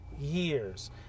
years